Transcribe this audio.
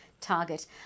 target